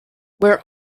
where